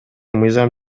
мыйзам